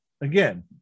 again